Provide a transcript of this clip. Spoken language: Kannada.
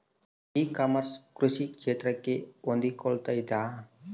ಇ ಕಾಮರ್ಸ್ ಕೃಷಿ ಕ್ಷೇತ್ರಕ್ಕೆ ಹೊಂದಿಕೊಳ್ತೈತಾ?